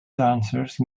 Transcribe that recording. dancers